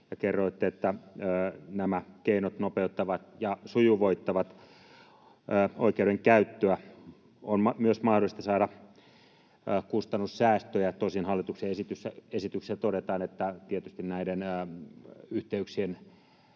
kerroitte, että nämä keinot nopeuttavat ja sujuvoittavat oikeudenkäyttöä, on myös mahdollista saada kustannussäästöjä. Tosin hallituksen esityksessä todetaan, että tietysti näiden yhteyksien